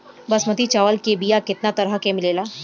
बासमती चावल के बीया केतना तरह के मिलेला?